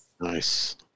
Nice